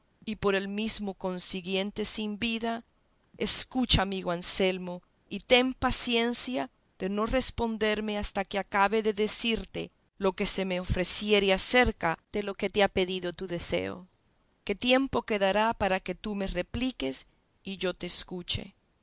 y por el mesmo consiguiente sin vida escucha amigo anselmo y ten paciencia de no responderme hasta que acabe de decirte lo que se me ofreciere acerca de lo que te ha pedido tu deseo que tiempo quedará para que tú me repliques y yo te escuche